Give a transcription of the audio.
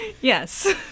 Yes